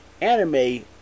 anime